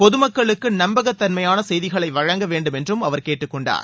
பொது மக்களுக்கு நம்பகத் தன்மையான செய்திகளை வழங்க வேண்டும் என்றும் அவர் கேட்டுக்கொண்டார்